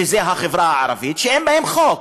שזה החברה הערבית, שאין בהן חוק.